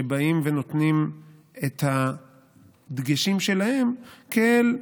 שבאים ונותנים את הדגשים שלהם, כאל: